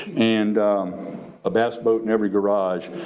and a bass boat in every garage,